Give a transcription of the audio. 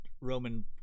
Roman